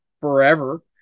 forever